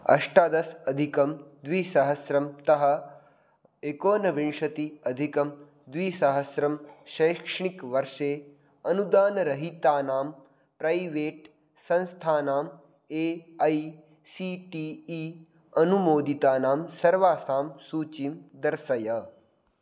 अष्टादशाधिकं द्विसहस्रतः एकोनविंशत्यधिकं द्विसहस्रं शैक्षणिकवर्षे अनुदानरहितानां प्रैवेट् संस्थानाम् A I C T E अनुमोदितानां सर्वासां सूचिं दर्शय